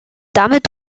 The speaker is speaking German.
damit